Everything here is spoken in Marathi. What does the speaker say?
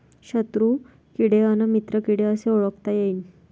शत्रु किडे अन मित्र किडे कसे ओळखता येईन?